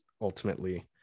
ultimately